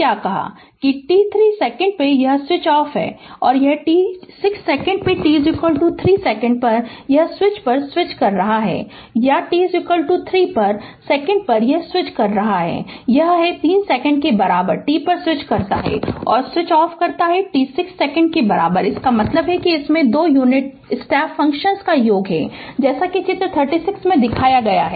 की t 3 second पे यह स्विच ऑफ है और टी 6 सेकेंड t 3 सेकेंड पर यह स्विच पर स्विच कर रहा है या t 3 सेकेंड पर स्विच कर रहा है यह है कि यह 3 सेकेंड के बराबर t पर स्विच करता है और स्विच ऑफ करता है t 6 सेकंड के बराबर इसका मतलब है कि इसमें 2 यूनिट स्टेप फंक्शन्स का योग है जैसा कि चित्र 36 में दिखाया गया है